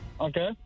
Okay